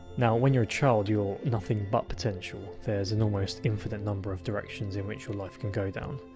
now, when you're a child, you're nothing but potential. there's an almost infinite number of directions in which your life can go down.